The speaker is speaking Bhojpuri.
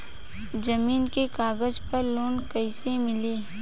जमीन के कागज पर लोन कइसे मिली?